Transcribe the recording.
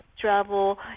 travel